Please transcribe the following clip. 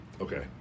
Okay